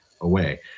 away